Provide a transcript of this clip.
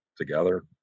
together